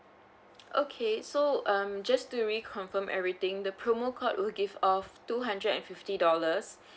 okay so um just to reconfirm everything the promo code will give off two hundred and fifty dollars